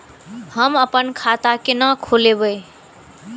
हम अपन खाता केना खोलैब?